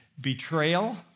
Betrayal